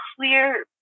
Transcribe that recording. clear